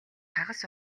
хагас